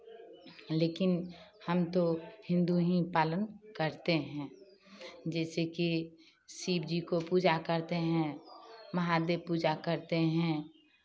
लेकिन हम तो हिन्दू ही पालन करते हैं जैसे कि शिवजी को पूजा करते हैं महादेव पूजा करते हैं